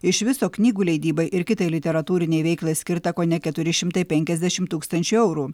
iš viso knygų leidybai ir kitai literatūrinei veiklai skirta kone keturi šimtai penkiasdešim tūkstančių eurų